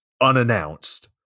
unannounced